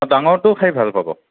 ডাঙৰটো খাই ভাল পাব